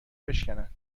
بشکنن